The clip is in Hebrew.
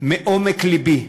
מעומק לבי,